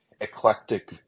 eclectic